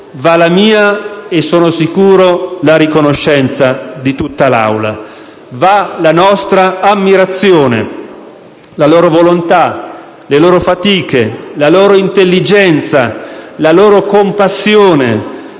va la mia e - ne sono sicuro - la riconoscenza di tutta l'Assemblea e la nostra ammirazione. La loro volontà, le loro fatiche, la loro intelligenza, la loro compassione